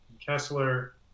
Kessler